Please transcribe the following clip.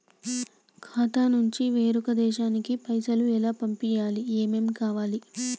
ఖాతా నుంచి వేరొక దేశానికి పైసలు ఎలా పంపియ్యాలి? ఏమేం కావాలి?